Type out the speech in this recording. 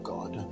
God